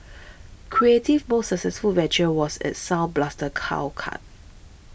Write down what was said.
creative's most successful venture was its Sound Blaster cow card